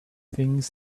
things